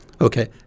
okay